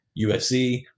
USC